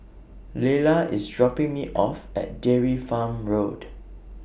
Layla IS dropping Me off At Dairy Farm Road